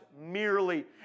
merely